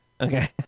okay